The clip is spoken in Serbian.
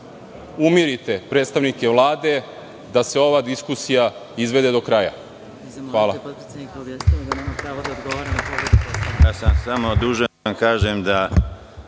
umirite predstavnike Vlade i da se ova diskusija izvede do kraja. Hvala.